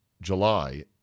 July